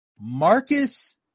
Marcus